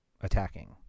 attacking